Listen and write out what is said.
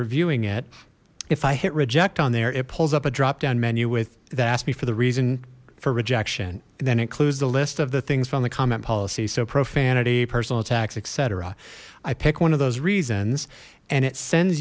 reviewing it if i hit reject on there it pulls up a drop down menu with that ask me for the reason for rejection then includes the list of the things from the comment policy so profanity personal attacks etc i pick one of those reasons and it sends